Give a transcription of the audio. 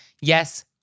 Yes